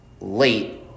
late